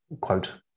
quote